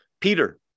Peter